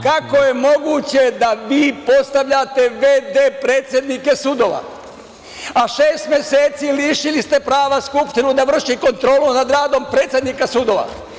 Kako je moguće da vi postavljate v.d. predsednike sudova, a šest meseci lišili ste prava Skupštinu da vrši kontrolu nad radom predsednika sudova?